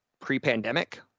pre-pandemic